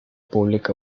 pública